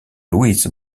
louise